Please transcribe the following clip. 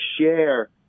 share